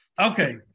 Okay